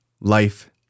life